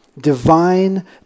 divine